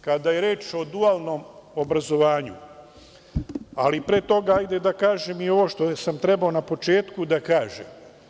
Kada je reč o dualnom obrazovanju, ali pre toga hajde da kažem i ovo što sam trebao na početku da kažem.